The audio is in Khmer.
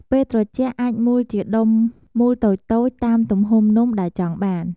ពេលត្រជាក់អាចមូលជាដុំមូលតូចៗតាមទំហំនំដែលចង់បាន។